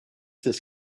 this